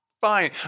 fine